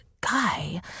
guy